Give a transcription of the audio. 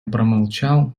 промолчал